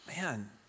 Man